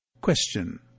Question